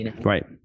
Right